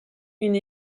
une